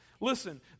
Listen